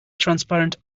transparent